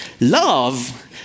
Love